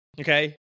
okay